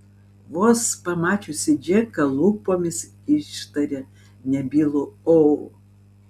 vos pamačiusi džeką lūpomis ištarė nebylų o